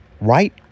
Right